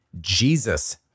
Jesus